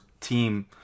team